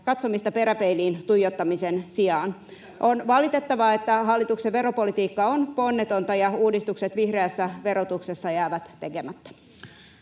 katsomista peräpeiliin tuijottamisen sijaan. On valitettavaa, että hallituksen veropolitiikka on ponnetonta ja uudistukset vihreässä verotuksessa jäävät tekemättä.